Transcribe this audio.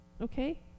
Okay